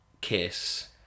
kiss